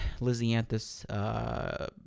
Lysianthus